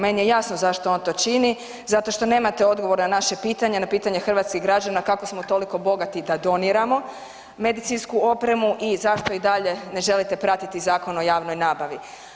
Meni je jasno zašto on to čini, zato što nemate odgovor na naše pitanje, na pitanje hrvatskih građana kako smo toliko bogati da doniramo medicinsku opremu i zašto i dalje ne želite pratiti Zakon o javnoj nabavi.